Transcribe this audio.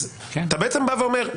אתה בעצם בא ואומר,